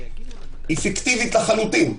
היא פיקטיבית לחלוטין.